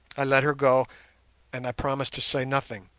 i let her go and i promised to say nothing,